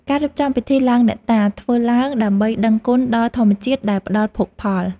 ការរៀបចំពិធីឡើងអ្នកតា ធ្វើឡើងដើម្បីដឹងគុណដល់ធម្មជាតិដែលផ្តល់ភោគផល។